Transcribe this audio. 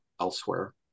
elsewhere